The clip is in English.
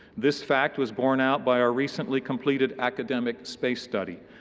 this fact was borne out by our recently completed academic space study.